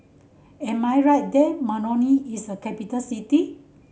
am I right that Moroni is a capital city